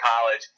College